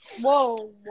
Whoa